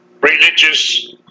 religious